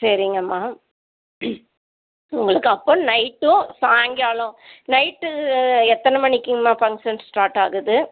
சரிங்கம்மா உங்களுக்கு அப்போ நைட்டும் சாய்ங்காலம் நைட்டு எத்தனை மணிக்குங்கம்மா ஃபங்க்ஷன் ஸ்டார்ட் ஆகுது